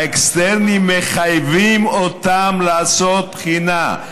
באקסטרני מחייבים אותם לעשות בחינה.